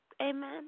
amen